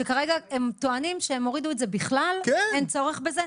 כרגע הם טוענים שהם הורידו את זה לגמרי כי אין צורך בזה?